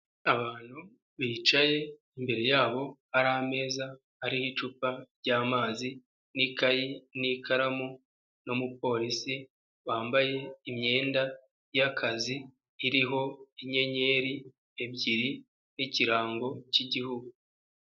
Abantu bicaye imbere yabo hari ameza, hariho icupa ry'amazi, n'ikayi, n'ikaramu, ni umupolisi wambaye imyenda y'akazi, iriho inyenyeri ebyiri, n'ikirango k'Igihugu.